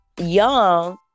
young